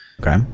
Okay